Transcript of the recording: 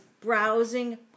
browsing